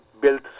built